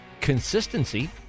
consistency